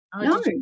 no